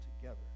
together